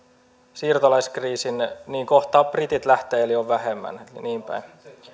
siirtolaiskriisin niin kohta britit lähtevät eli on vähemmän niin niin päin